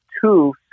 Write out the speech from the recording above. two